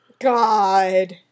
God